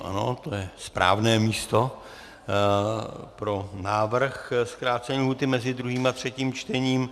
Ano, to je zde správné místo pro návrh zkrácení lhůty mezi druhým a třetím čtením.